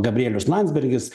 gabrielius landsbergis